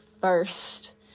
first